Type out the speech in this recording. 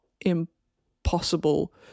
impossible